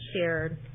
shared